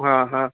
हा हा